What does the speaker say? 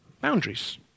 boundaries